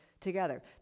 together